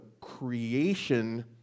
creation